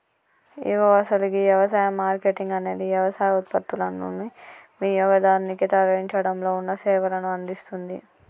ఇగో అసలు గీ యవసాయ మార్కేటింగ్ అనేది యవసాయ ఉత్పత్తులనుని వినియోగదారునికి తరలించడంలో ఉన్న సేవలను అందిస్తుంది